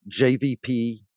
JVP